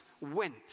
went